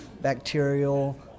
bacterial